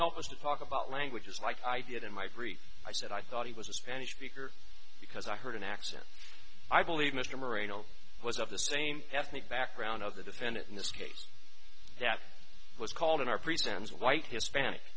help us to talk about languages like i did in my greek i said i thought he was a spanish speaker because i heard an accent i believe mr marino was of the same ethnic background of the defendant in this case that was called in our present as white hispanic